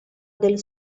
del